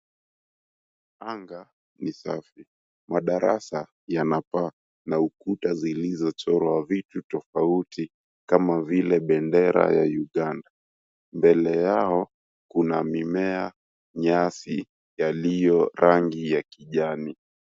Anga ni safi, madarasa yana paa na ukuta zilizochorwa vitu tofauti kama vile bendera ya Uganda mbele yao kuna mimea, nyasi yaliyo rangi ya kijani.